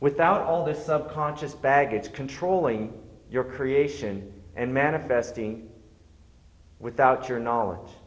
without all this sub conscious baggage controlling your creation and manifesting without your knowledge